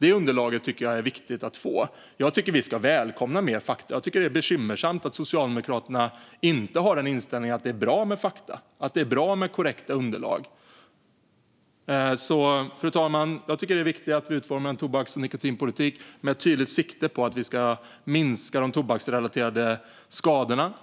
Jag tycker att detta underlag är viktigt att få. Jag tycker att mer fakta ska välkomnas. Jag tycker att det är bekymmersamt att Socialdemokraterna inte har inställningen att det är bra med fakta och med korrekta underlag. Fru talman! Jag tycker att det är viktigt att det utformas en tobaks och nikotinpolitik med tydligt sikte på att minska de tobaksrelaterade skadorna.